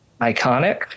iconic